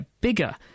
bigger